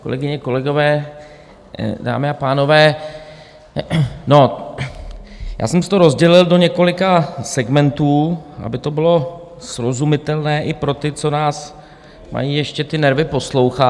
Kolegyně, kolegové, dámy a pánové, já jsem si to rozdělil do několika segmentů, aby to bylo srozumitelné i pro ty, co nás mají ještě nervy poslouchat.